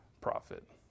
profit